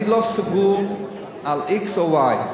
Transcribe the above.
אני לא סגור על x או y,